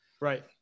Right